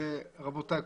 רבותיי,